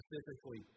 specifically